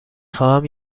خواهم